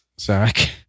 Zach